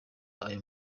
aya